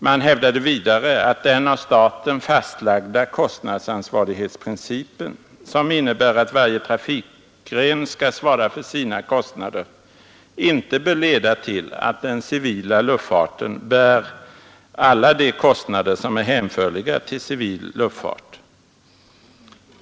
Man hävdade vidare att den av staten fastlagda kostnadsansvarighetsprincipen, som innebär att varje trafikgren skall svara för sina kostnader, inte bör leda till att den civila luftfarten bär alla de kostnader som är hänförliga till civil luftfart.